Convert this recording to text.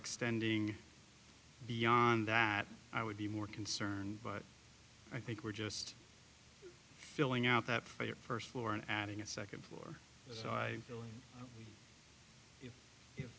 extending beyond that i would be more concerned but i think we're just filling out that for your first floor and adding a second floor so i